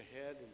ahead